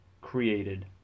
created